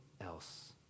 else